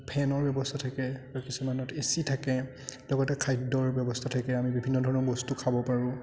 ফেনৰ ব্যৱস্থা থাকে আৰু কিছুমানত এচি থাকে লগতে খাদ্যৰ ব্যৱস্থা থাকে আমি বিভিন্ন ধৰণৰ বস্তু খাব পাৰোঁ